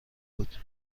بود